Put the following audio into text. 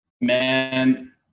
Man